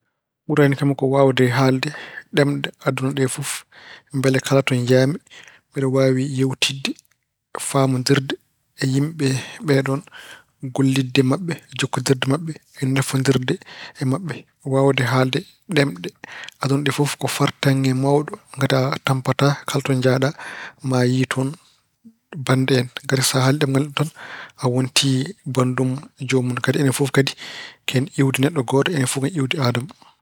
Ɓurani kam ko waawde haalde ɗemɗe aduna ɗe fof mbele kala to njahmi mbeɗa waawi yeewtidde e faamondirde e yimɓe ɓeeɗoon. Gollidde e maɓɓe, jokkondirde e maɓɓe e nafoondirde maɓɓe. Waawde haalde ɗemɗe aduna ɗe fof ko fartaŋŋe mawɗo. Ngati a tampataa, kala to njahɗa ma yiyi toon bannde en, ngati so haali ɗemngal neɗɗo tan, a wontii banndum joomum. Kadi enen fof kadi ko en iwdi neɗɗo gooto, enen fof ko en iwdi Aadam.